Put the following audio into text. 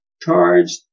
charged